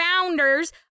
Founders